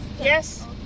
Yes